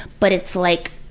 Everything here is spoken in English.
but it's like.